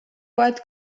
what